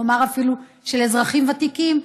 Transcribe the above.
נאמר אפילו של אזרחים ותיקים,